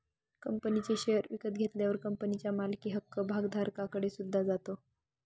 कंपनीचे शेअर विकत घेतल्यावर कंपनीच्या मालकी हक्क भागधारकाकडे सुद्धा जातो